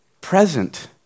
present